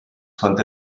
fand